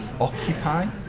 occupy